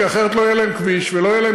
כי אחרת לא יהיה להם כביש ולא יהיה להם